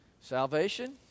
Salvation